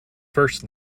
first